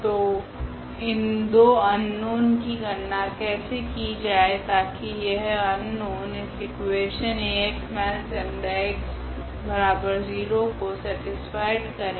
तो इन दो अननोन की गणना कैसे की जाएगी ताकि यह अननोन इस इकुवेशन 𝐴x−𝜆x0 को सेटीस्फाइ करे